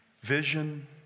Vision